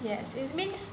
yes it means